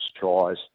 tries